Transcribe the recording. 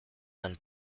and